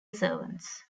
servants